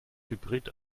hybrid